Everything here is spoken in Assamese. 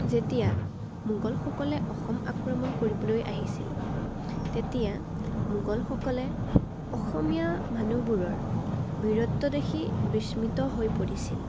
যেতিয়া মোগলসকলে অসম আক্ৰমণ কৰিবলৈ আহিছিল তেতিয়া মোগলসকলে অসমীয়া মানুহবোৰৰ বীৰত্ব দেখি বিস্মৃত হৈ পৰিছিল